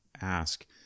ask